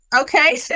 Okay